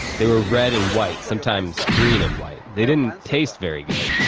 they were red and white, sometimes green and white. they didn't taste very good.